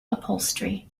upholstery